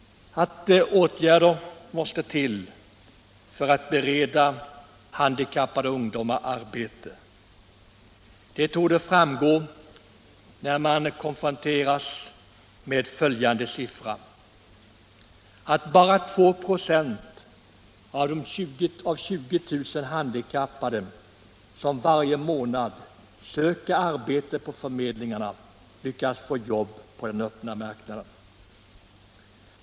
Att åtgärder måste till för att bereda handikappade ungdomar arbete torde framgå när man konfronteras med följande siffra: bara 2 96 av 20 000 handikappade som varje månad söker arbete på förmedlingarna lyckas få jobb på den öppna marknaden.